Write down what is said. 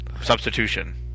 substitution